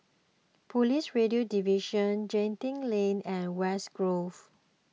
Police Radio Division Genting Lane and West Grove